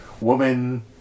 woman